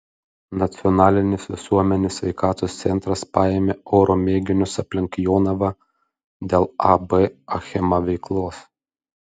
nacionalinis visuomenės sveikatos centras paėmė oro mėginius aplink jonavą dėl ab achema veiklos